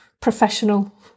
professional